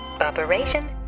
Operation